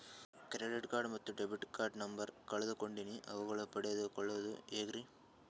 Credit card ಮತ್ತು debit card number ಕಳೆದುಕೊಂಡಿನ್ರಿ ಅವುಗಳನ್ನ ಪಡೆದು ಕೊಳ್ಳೋದು ಹೇಗ್ರಿ?